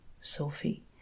Sophie